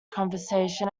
conversation